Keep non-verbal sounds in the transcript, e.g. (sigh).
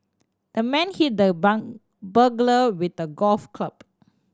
the man hit the (unintelligible) burglar with a golf club